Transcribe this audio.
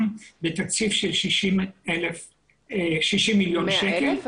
בתקציב של 60,000,000 ₪-- 100,000?